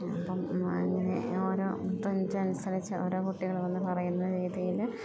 അപ്പം അങ്ങനെ ഓരോ ട്രെൻറ്റിനനുസരിച്ച് ഓരോ കുട്ടികൾ വന്ന് പറയുന്ന രീതിയിൽ